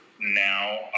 now